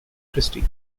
christie